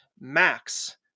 max